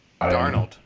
Darnold